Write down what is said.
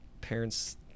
parents